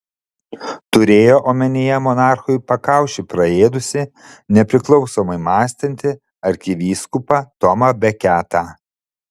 turėjo omenyje monarchui pakaušį praėdusį nepriklausomai mąstantį arkivyskupą tomą beketą